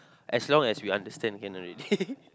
as long as we understand can already